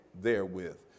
therewith